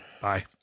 Bye